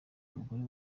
umugore